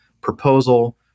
proposal